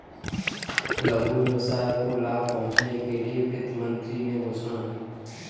लघु व्यवसाय को लाभ पहुँचने के लिए वित्त मंत्री ने घोषणा की